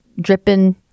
dripping